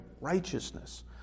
righteousness